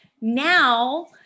now